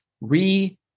re-